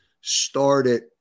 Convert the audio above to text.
started